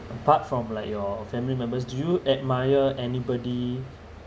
apart from like your family members do you admire anybody